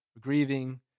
grieving